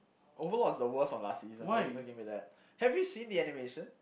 overlord was the worst of last season don't don't give me that have you seen the animation